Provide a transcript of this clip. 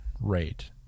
rate